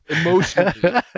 emotionally